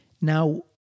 Now